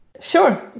sure